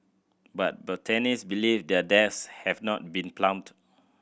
but botanist believe their depths have not been plumbed